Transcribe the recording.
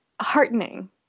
heartening